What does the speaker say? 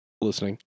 listening